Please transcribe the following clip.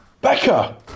Becca